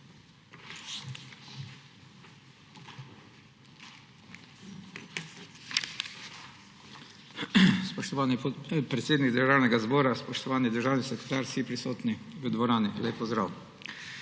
Spoštovani predsednik Državnega zbora, spoštovani državni sekretar, vsi prisotni v dvorani, lep pozdrav!